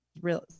real